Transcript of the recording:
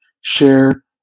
share